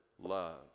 love